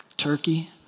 turkey